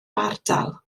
ardal